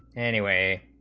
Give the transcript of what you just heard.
anyway